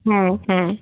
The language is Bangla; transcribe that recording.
হ্যাঁ হ্যাঁ